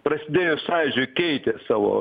prasidėjus sąjūdžiui keitė savo